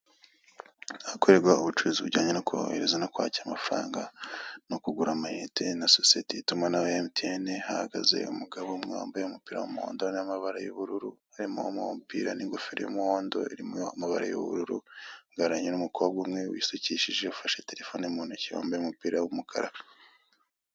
Ahakorerwa ubucuruzi, bujyanye no kohereza no kwakira amafaranga no kugura amayinite, na sosiyete y'itumanaho ya emutiyene, hahagaze umugabo umwe wambaye umupira w'umuhondo n'amabara y'ubururu, ari muri uwo mupira n'ingofero y'umuhondo irimo amabara y'ubururu, uhagararanye n'umukobwa umwe wisukishije, ufashe terefone mu ntoki wambaye umupira w'umukara.